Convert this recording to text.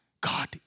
God